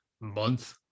month